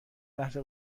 لحظه